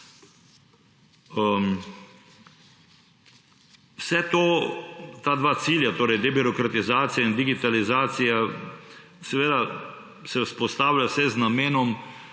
Vse to, ta dva cilja, torej debirokratizacija in digitalizacija, seveda se vzpostavlja vse z namenom